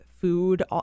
food